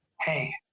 hey